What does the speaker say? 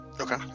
Okay